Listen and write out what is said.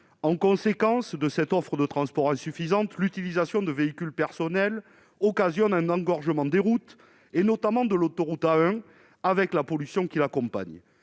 en conséquence de cette offre de transport insuffisante l'utilisation de véhicules personnels occasionne un engorgement des routes et notamment de l'autoroute A1, avec la pollution qui l'accompagne